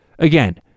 Again